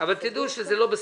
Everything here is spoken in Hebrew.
אבל תדעו שזה לא בסדר.